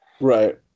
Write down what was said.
Right